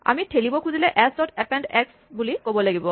আমি থেলিব খুজিলে এচ ডট এপেন্ড এক্স বুলি ক'ব লাগিব